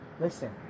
Listen